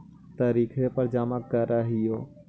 तरिखवे पर जमा करहिओ?